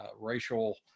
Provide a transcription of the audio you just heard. racial